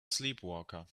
sleepwalker